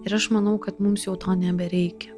ir aš manau kad mums jau to nebereikia